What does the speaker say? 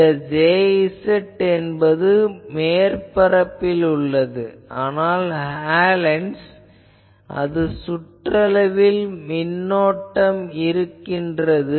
இந்த Jz என்பது மேற்பரப்பில் உள்ளது ஆனால் ஹாலன்'ஸ் அது சுற்றளவில் உள்ள மின்னோட்டம் என்கிறது